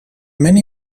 many